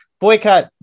boycott